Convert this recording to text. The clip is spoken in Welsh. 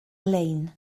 lein